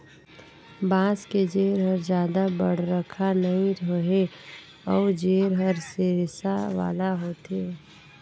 बांस के जेर हर जादा बड़रखा नइ रहें अउ जेर हर रेसा वाला होथे